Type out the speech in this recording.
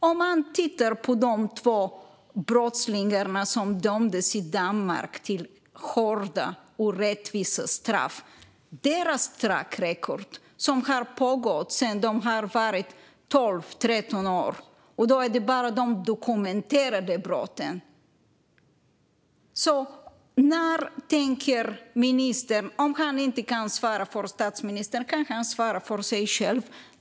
Om man tittar på de två brottslingarna som dömdes i Danmark till hårda, rättvisa straff ser man att deras track record har pågått sedan de var 12-13 år - och det är bara de dokumenterade brotten. Om ministern inte kan svara för statsministern kan han svara för sig själv.